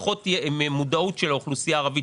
יש פחות מודעות של האוכלוסייה הערבית,